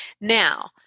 Now